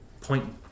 Point